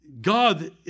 God